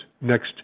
next